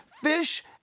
fish